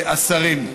השרים,